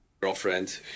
girlfriend